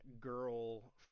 girl